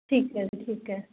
ਠੀਕ ਹੈ ਜੀ ਠੀਕ ਹੈ